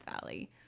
Valley